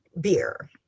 beer